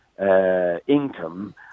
income